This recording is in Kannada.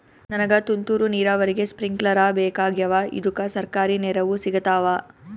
ನನಗ ತುಂತೂರು ನೀರಾವರಿಗೆ ಸ್ಪಿಂಕ್ಲರ ಬೇಕಾಗ್ಯಾವ ಇದುಕ ಸರ್ಕಾರಿ ನೆರವು ಸಿಗತ್ತಾವ?